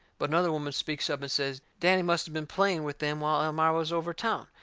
but another woman speaks up and says danny must of been playing with them while elmira was over town.